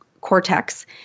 cortex